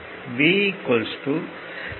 V I Req 2